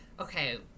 okay